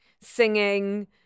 singing